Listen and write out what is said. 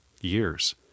years